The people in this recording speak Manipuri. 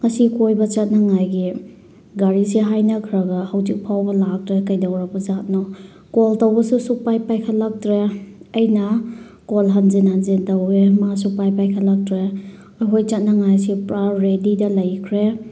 ꯉꯁꯤ ꯀꯣꯏꯕ ꯆꯠꯅꯉꯥꯏꯒꯤ ꯒꯥꯔꯤꯁꯦ ꯍꯥꯏꯅꯈ꯭ꯔꯒ ꯍꯧꯖꯤꯛꯐꯥꯎꯕ ꯂꯥꯛꯇ꯭ꯔꯦ ꯀꯩꯗꯧꯔꯕꯖꯥꯠꯅꯣ ꯀꯣꯜ ꯇꯧꯕꯁꯨ ꯁꯨꯛꯄꯥꯏ ꯄꯥꯏꯈꯠꯂꯛꯇ꯭ꯔꯦ ꯑꯩꯅ ꯀꯣꯜ ꯍꯟꯖꯤꯟ ꯍꯟꯖꯤꯟ ꯇꯧꯋꯦ ꯃꯥ ꯁꯨꯛꯄꯥꯏ ꯄꯥꯏꯈꯠꯂꯛꯇ꯭ꯔꯦ ꯑꯩꯈꯣꯏ ꯆꯠꯅꯉꯥꯏꯁꯦ ꯄꯨꯔꯥ ꯔꯦꯗꯤꯗ ꯂꯩꯈ꯭ꯔꯦ